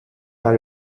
par